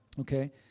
Okay